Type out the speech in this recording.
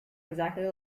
exactly